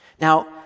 Now